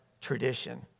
tradition